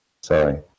Sorry